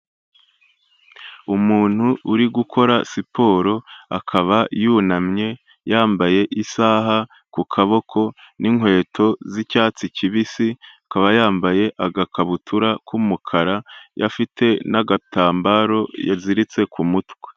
Umuntu uri gukora siporo, akaba yunamye yambaye isaha ku kaboko n'inkweto z'icyatsi kibisi, akaba yambaye agakabutura k'umukara, afite n'agatambaro yaziritse ku mutwe.